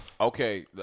Okay